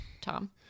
Tom